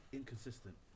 inconsistent